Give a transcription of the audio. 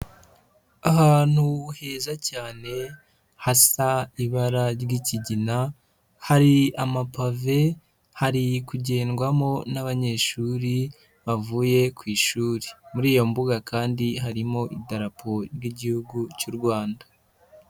Ahantu heza cyane, hasa ibara ry'ikigina, hari amapave, hari kugendwamo n'abanyeshuri bavuye ku ishuri, muri iyo mbuga kandi harimo idarapo ry'Igihugu cy'u Rwanda.